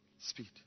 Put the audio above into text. speed